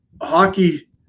hockey